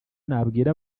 nabwira